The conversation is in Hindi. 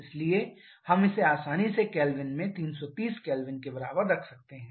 इसलिए हम इसे आसानी से केल्विन में 330 K के बराबर कर सकते हैं